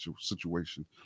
situation